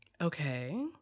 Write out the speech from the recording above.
Okay